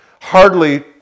hardly